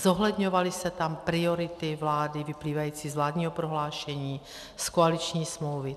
Zohledňovaly se tam priority vlády vyplývající z vládního prohlášení, z koaliční smlouvy.